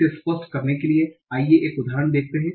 इसे स्पष्ट करने के लिए आइए एक उदाहरण देखेंते है